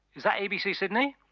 is that abc sydney?